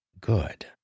Good